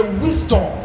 wisdom